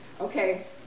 Okay